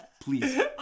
Please